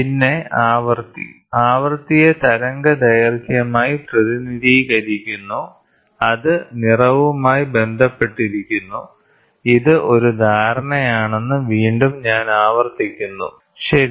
പിന്നെ ആവൃത്തി ആവൃത്തിയെ തരംഗദൈർഘ്യമായി പ്രതിനിധീകരിക്കുന്നു അത് നിറവുമായി ബന്ധപ്പെട്ടിരിക്കുന്നു ഇത് ഒരു ധാരണയാണെന്ന് വീണ്ടും ഞാൻ ആവർത്തിക്കുന്നു ശരി